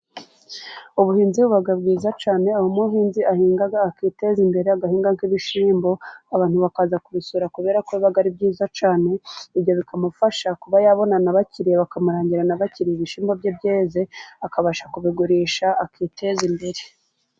Ubuhinzi buba bwiza cyane ,aho umuhinzi ahinga akiteza imbere, agahinga nk'ibishyimbo abantu bakaza kubisura kubera ko biba ari byiza cyane, ibyo bikamufasha kuba yabona n'abakiriya bakamurangira n'abakiriya ibishyimbo bye byeze, akabasha kubigurisha akiteza imbere.